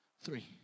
three